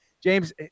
James